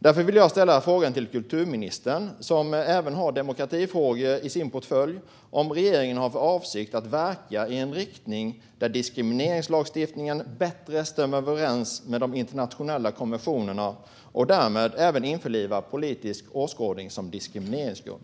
Därför vill jag ställa frågan till kulturministern, som även har demokratifrågor i sin portfölj, om regeringen har för avsikt att verka i en riktning där diskrimineringslagstiftningen bättre stämmer överens med de internationella konventionerna och därmed även införliva politisk åskådning som diskrimineringsgrund.